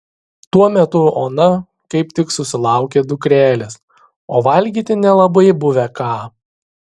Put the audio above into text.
tuo metu ona kaip tik susilaukė dukrelės o valgyti nelabai buvę ką